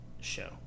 show